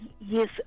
Yes